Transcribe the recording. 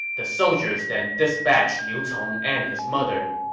the soldiers then dispatched liu cong and his mother.